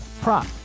prop